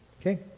okay